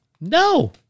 No